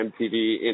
MTV